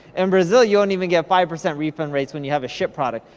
in brazil, you won't even get five percent refund rates when you have a shit product.